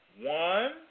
one